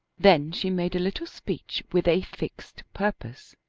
then she made a little speech with a fixed purpose.